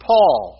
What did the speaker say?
Paul